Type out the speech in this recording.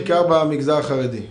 בעיקר במגזר החרדי.